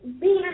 Bean